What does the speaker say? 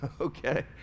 Okay